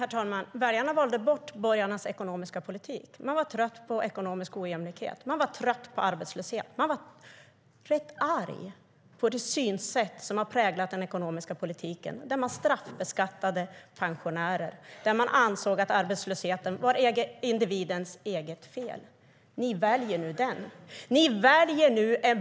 Herr talman! Väljarna valde bort borgarnas ekonomiska politik. De var trötta på ekonomisk ojämlikhet. De var trötta på arbetslöshet. De var arga på det synsätt som har präglat den ekonomiska politiken, där man straffbeskattade pensionärer och ansåg att arbetslösheten var individens eget fel. Nu väljer ni den politiken.